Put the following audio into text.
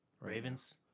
Ravens